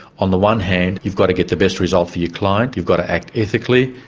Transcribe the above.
on the one hand, you've got to get the best result for your client, you've got to act ethically,